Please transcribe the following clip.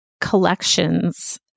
collections